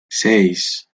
seis